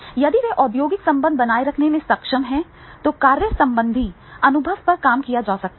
यदि वे औद्योगिक संबंध बनाए रखने में सक्षम हैं तो कार्य संबंधी अनुभव पर काम किया जा सकता है